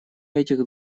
этих